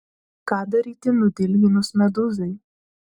ką daryti nudilginus medūzai